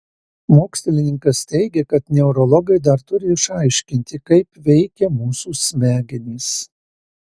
mokslininkas teigia kad neurologai dar turi išaiškinti kaip veikia mūsų smegenys